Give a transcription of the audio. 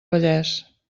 vallès